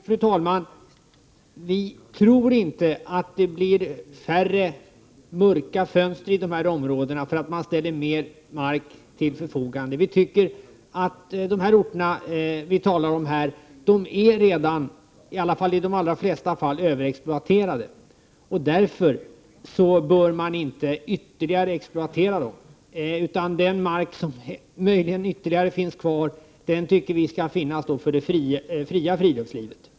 Fru talman! Vi tror inte att det blir färre mörka fönster i dessa områden för att man ställer mer mark till förfogande. De orter vi talar om är redan i de allra flesta fall överexploaterade. Man bör inte ytterligare exploatera dem. Den mark som möjligen ytterligare finns kvar skall finnas för det fria fritidslivet.